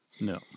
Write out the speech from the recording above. No